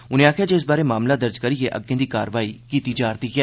उनें आखेया जे इस बारै मामला दर्ज करिये अग्गें दी कारवाई कीती जा'रदी ऐ